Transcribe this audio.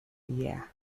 yeah